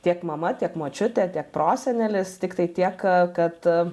tiek mama tiek močiutė tiek prosenelis tiktai tiek ka kad